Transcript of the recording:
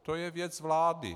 To je věc vlády.